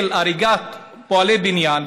הנושא של הריגת פועלי בניין,